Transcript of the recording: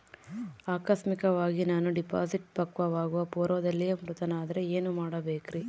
ಆಕಸ್ಮಿಕವಾಗಿ ನಾನು ಡಿಪಾಸಿಟ್ ಪಕ್ವವಾಗುವ ಪೂರ್ವದಲ್ಲಿಯೇ ಮೃತನಾದರೆ ಏನು ಮಾಡಬೇಕ್ರಿ?